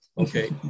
okay